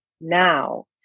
now